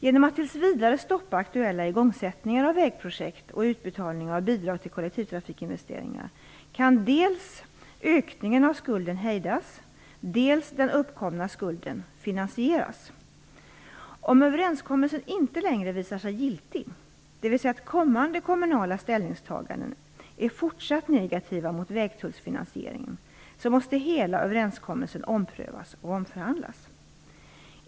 Genom att tills vidare stoppa aktuella igångssättningar av vägprojekt och utbetalningar av bidrag till kollektivtrafikinvesteringar kan dels ökningen av skulden hejdas, dels den uppkomna skulden finansieras. Om överenskommelsen inte längre visar sig giltig, dvs. att kommande kommunala ställningstaganden fortsatt är negativa mot vägtullsfinansieringen, måste hela överenskommelsen omprövas och omförhandlas.